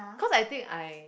cause I think I